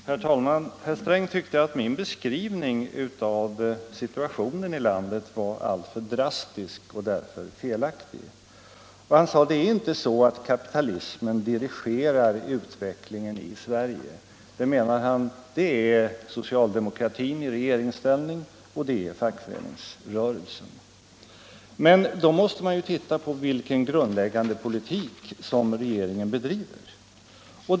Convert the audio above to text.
Herr talman! Herr Sträng tyckte att min beskrivning av situationen i landet var alltför drastisk och därför felaktig. Han sade att det är inte så att kapitalismen dirigerar utvecklingen i Sverige. Det, menade herr Sträng, gör socialdemokratin i regeringsställning och fackföreningsrörelsen. Men då måste man ju titta på vilken grundläggande politik som regeringen bedriver.